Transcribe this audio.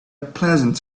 pleasant